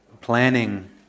planning